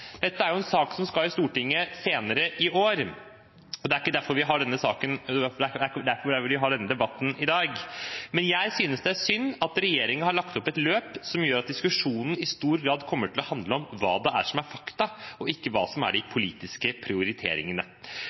Dette er en sak som skal opp i Stortinget senere i år, og det er ikke derfor vi har denne debatten i dag. Men jeg synes det er synd at regjeringen har lagt opp et løp som gjør at diskusjonen i stor grad kommer til å handle om hva som er fakta, og ikke om hva som er de politiske prioriteringene.